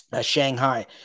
Shanghai